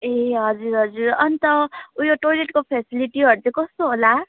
ए हजुर हजुर अन्त उयो टोइलेटको फेसिलिटीहरू चाहिँ कस्तो होला